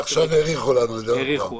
עכשיו האריכו לנו עוד פעם.